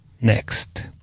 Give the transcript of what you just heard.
next